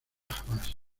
jamás